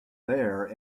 there